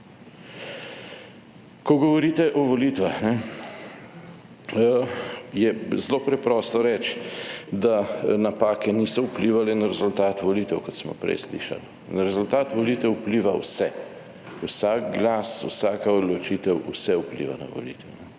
Ko govorite o volitvah. Je zelo preprosto reči, da napake niso vplivale na rezultat volitev, kot smo prej slišali. Na rezultat volitev vpliva vse, vsak glas, vsaka odločitev, vse vpliva na volitve